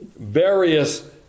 various